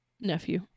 nephew